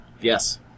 Yes